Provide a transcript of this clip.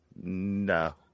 No